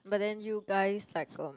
but then you guys like um